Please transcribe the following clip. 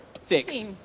Six